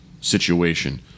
situation